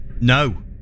No